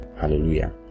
Hallelujah